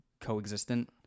coexistent